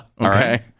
okay